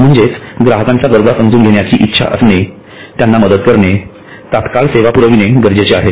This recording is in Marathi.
म्हणजे ग्राहकांच्या गरजा समजून घेण्याची इच्छा असणे त्यांना मदत करणे तात्काळ सेवा पुरविणे गरजेचे आहे